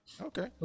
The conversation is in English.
okay